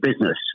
business